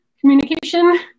communication